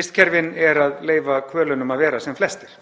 vistkerfin er að leyfa hvölunum að vera sem flestir.